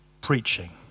preaching